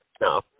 No